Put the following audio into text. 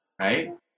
right